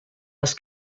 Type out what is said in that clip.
les